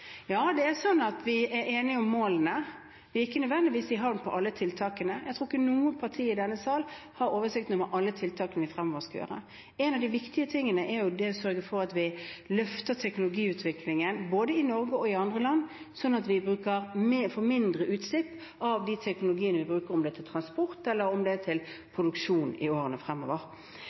Ja, det er sånn at vi er enige om målene. Vi er ikke nødvendigvis i havn med alle tiltakene. Jeg tror ikke noe parti i denne sal har oversikten over alle tiltakene vi skal gjøre fremover. En av de viktige tingene er jo det å sørge for at vi løfter teknologiutviklingen både i Norge og i andre land, sånn at vi får mindre utslipp av de teknologiene vi bruker, om det er til transport, eller om det er til produksjon, i årene fremover.